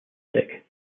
stick